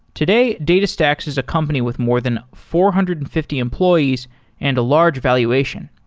today, datastax is a company with more than four hundred and fifty employees and a large valuation.